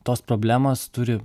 tos problemos turi